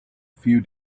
few